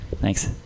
Thanks